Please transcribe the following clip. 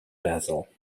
basil